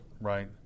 right